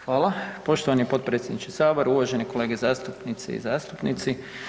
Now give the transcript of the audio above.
Hvala poštovani potpredsjedniče Sabora, uvaženi kolege zastupnice i zastupnici.